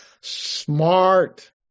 smart